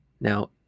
Now